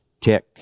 tick